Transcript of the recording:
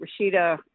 Rashida